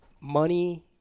money